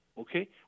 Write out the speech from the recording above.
Okay